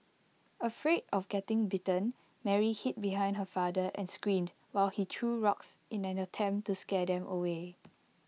afraid of getting bitten Mary hid behind her father and screamed while he threw rocks in an attempt to scare them away